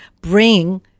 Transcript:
bring